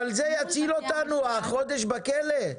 אבל זה יציל אותנו, החודש בכלא?